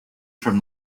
from